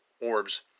orbs